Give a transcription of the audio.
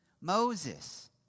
Moses